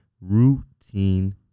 routine